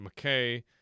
McKay